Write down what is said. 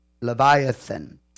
Leviathan